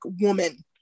woman